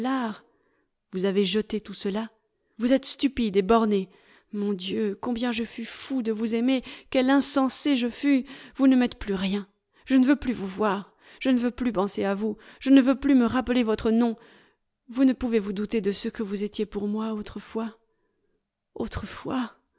vous avez jeté tout cela vous êtes stupide et bornée mon dieu combien je fus fou de vous aimer quel insensé je fus vous ne m'êtes plus rien je ne veux plus vous voir je ne veux plus penser à vous je ne veux plus me rappeler votre nom vous ne pouvez vous douter de ce que vous étiez pour moi autrefois autrefois